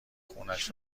خونش